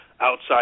outside